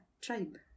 tribe